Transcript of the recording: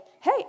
hey